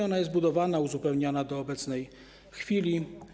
Ona jest budowana, uzupełniana do obecnej chwili.